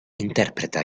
interpreta